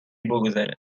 بگذرد